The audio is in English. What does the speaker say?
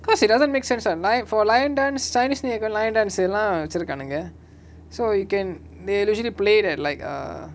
cause it doesn't make sense lah nine for lion dance chinese new year got lion dance lah வச்சிருக்கானுங்க:vachirukaanunga so you can they usually play it like err